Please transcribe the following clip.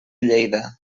lleida